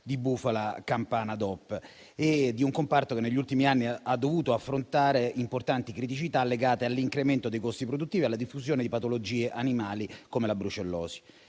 di bufala campana DOP e un comparto che, negli ultimi anni, ha dovuto affrontare importanti criticità legate all'incremento dei costi produttivi e alla diffusione di patologie animali, come la brucellosi.